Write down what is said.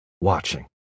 watching